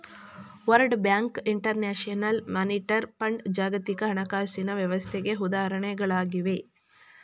world bank, international monetary fund ಜಾಗತಿಕ ಹಣಕಾಸಿನ ವ್ಯವಸ್ಥೆಗೆ ಉದಾಹರಣೆಗಳಾಗಿವೆ